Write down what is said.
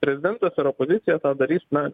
prezidentas ar opozicija tą darys na